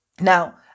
Now